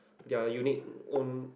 their unique own